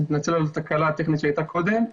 אני מתנצל על התקלה הטכנית שהייתה קודם.